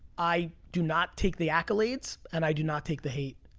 i do not take the accolades, and i do not take the hate.